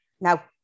Now